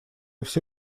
все